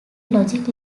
logic